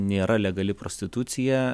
nėra legali prostitucija